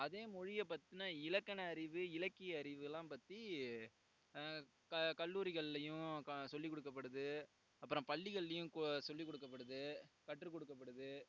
அதே மொழியை பற்றின இலக்கண அறிவு இலக்கிய அறிவுலாம் பற்றி கல்லூரிகள்லேயும் சொல்லிக் கொடுக்கப்படுது அப்புறம் பள்ளிகள்லேயும் சொல்லி கொடுக்கப்படுது கற்றுக்கொடுக்கப்படுது